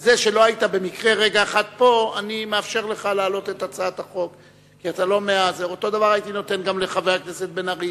לא, החוק הוא לא, שבעה בעד,